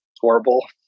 horrible